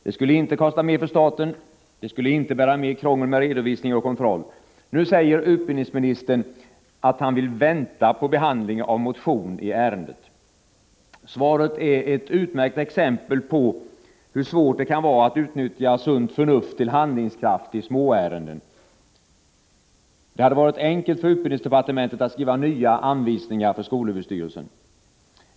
Det skulle inte kosta mer för staten. Det skulle inte innebära mer krångel vid redovisning och kontroll. Nu säger utbildningsministern att han vill vänta på behandling av motion i ärendet. Svaret är ett utmärkt exempel på hur svårt det kan vara att utnyttja sunt förnuft till handlingskraft i små ärenden. Det hade varit enkelt för utbildningsdepartementet att skriva nya anvisningar till skolöverstyrelsen.